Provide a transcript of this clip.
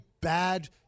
bad